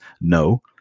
No